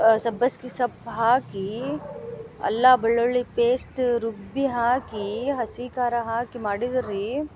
ಸಬ್ಬಸ್ಗಿ ಸೊಪ್ಪು ಹಾಕಿ ಅಲ್ಲಾ ಬೆಳ್ಳುಳ್ಳಿ ಪೇಸ್ಟ ರುಬ್ಬಿ ಹಾಕಿ ಹಸಿ ಖಾರ ಹಾಕಿ ಮಾಡಿದಾರೆ ರೀ